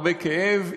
הרבה כאב,